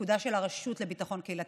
בתפקודה של הרשות לביטחון קהילתי.